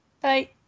Bye